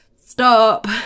stop